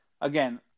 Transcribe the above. again